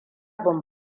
ban